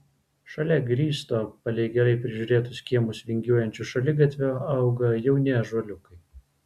šalia grįsto palei gerai prižiūrėtus kiemus vingiuojančio šaligatvio augo jauni ąžuoliukai